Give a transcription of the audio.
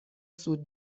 سوت